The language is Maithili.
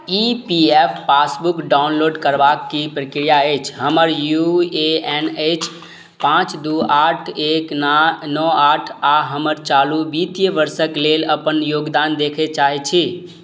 ई पी एफ पासबुक डाउनलोड करबाके कि प्रक्रिया अछि हमर यू ए एन अछि पाँच दुइ आठ एक न नओ आठ आओर हमर चालू वित्तीय वर्षके लेल अपन योगदान देखै चाहै छी